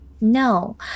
No